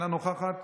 אינה נוכחת,